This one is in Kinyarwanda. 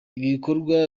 ibikorwa